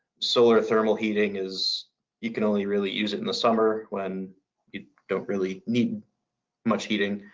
solar thermal heating is you can only really use it in the summer when you don't really need much heating.